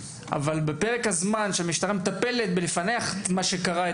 אבל בפרק הזמן שהמשטרה מטפלת בלפענח מה שקרה,